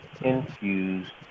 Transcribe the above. infused